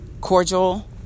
cordial